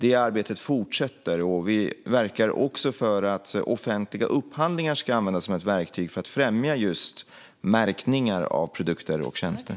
Detta arbete fortsätter, och vi verkar även för att offentliga upphandlingar ska användas som ett verktyg för att främja just märkningar av produkter och tjänster.